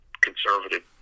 conservative